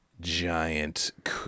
giant